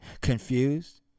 Confused